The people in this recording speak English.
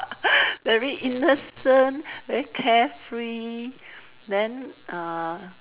very innocent very carefree then uh